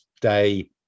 day